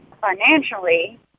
financially